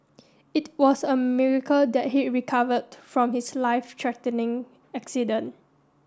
it was a miracle that he recovered from his life threatening accident